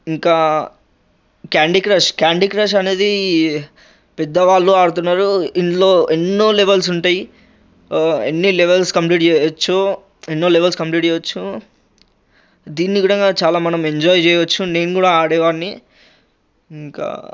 ఇంకా candy crush candy crush అనేది పెద్దవాళ్ళు ఆడుతున్నారు దింట్లో ఎన్నో లెవెల్స్ ఉంటాయి ఎన్ని లెవెల్స్ కంప్లీట్ చేయచ్చో ఎన్నో లెవెల్స్ కంప్లీట్ చేయచ్చో దీన్ని కూడా చాలా మనం ఎంజాయ్ చేయొచ్చు నేను కూడా ఆడేవాడ్ని ఇంకా